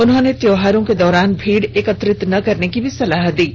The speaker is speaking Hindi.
उन्होंने त्योहारों के दौरान भीड़ एकत्रित न करने की भी सलाह दी है